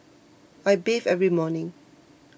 I bathe every morning